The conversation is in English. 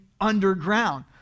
underground